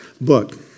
book